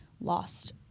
lost